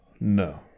No